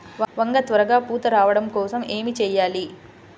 వంగ త్వరగా పూత రావడం కోసం ఏమి చెయ్యాలి?